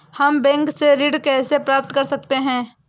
हम बैंक से ऋण कैसे प्राप्त कर सकते हैं?